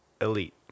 elite